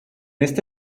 esta